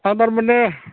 आं थारमाने